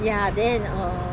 ya then er